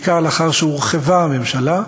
בעיקר לאחר שהורחבה הממשלה,